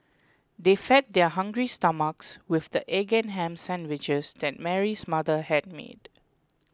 they fed their hungry stomachs with the egg and ham sandwiches that Mary's mother had made